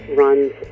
runs